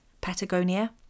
Patagonia